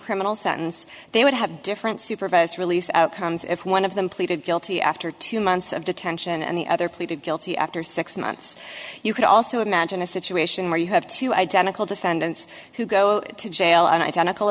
criminals that and they would have different supervised release outcomes if one of them pleaded guilty after two months of detention and the other pleaded guilty after six months you could also imagine a situation where you have two identical defendants who go to jail and identical